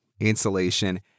insulation